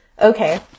okay